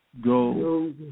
go